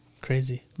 Crazy